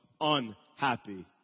unhappy